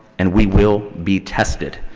and we will be tested.